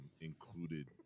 included